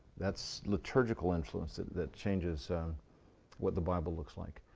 that's liturgical influence that changes what the bible looks like.